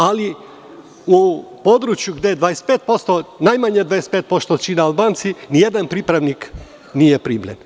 Ali, u području gde najmanje 25% čine Albanci nijedan pripravnik nije primljen.